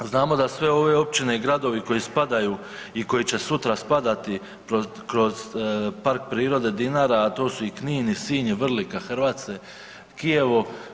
Znamo da sve ove općine i gradovi koji spadaju i koji će sutra spadati kroz Park prirode Dinara, a to su i Knin i Sinj i Vrlika, Hrvace, Kijevo.